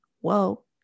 Whoa